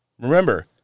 Remember